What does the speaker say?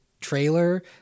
trailer